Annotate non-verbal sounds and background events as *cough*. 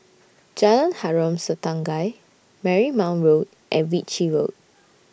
*noise* Jalan Harom Setangkai Marymount Road and Ritchie Road *noise*